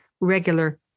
regular